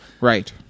Right